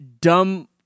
dumb